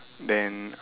then